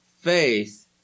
faith